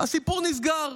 הסיפור נסגר.